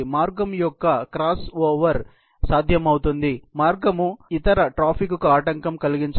మార్గం యొక్క క్రాస్ఓవర్ సాధ్యమవుతుంది మరియు మార్గం ఇతర ట్రాఫిక్కు ఆటంకం కలిగించదు